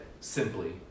simply